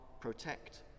protect